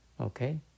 Okay